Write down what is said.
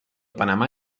panamá